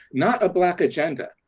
not a black agenda,